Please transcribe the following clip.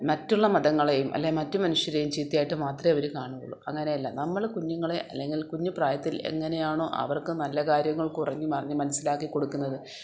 മറ്റുള്ള മതങ്ങളെയും അല്ലെങ്കിൽ മറ്റു മനുഷ്യരെയും ചീത്തയായിട്ട് മാത്രമേ അവരു കാണുകയുള്ളൂ അങ്ങനെയല്ല നമ്മൾ കുഞ്ഞുങ്ങളെ അല്ലെങ്കിൽ കുഞ്ഞു പ്രായത്തിൽ എങ്ങനെയാണോ അവർക്കു നല്ല കാര്യങ്ങൾ കുറഞ്ഞു പറഞ്ഞു മനസിലാക്കി കൊടുക്കുന്നത്